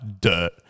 Dirt